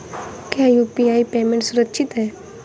क्या UPI payment सुरक्षित है?